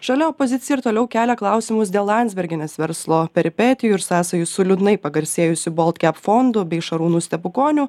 šalia opozicija ir toliau kelia klausimus dėl landsbergienės verslo peripetijų ir sąsajų su liūdnai pagarsėjusiu baltcap fondu bei šarūnu stepukoniu